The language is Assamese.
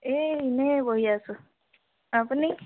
এই এনেই বহি আছোঁ আপুনি